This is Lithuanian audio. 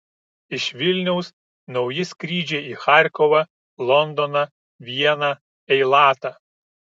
iš vilniaus nauji skrydžiai į charkovą londoną vieną eilatą